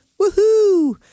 woohoo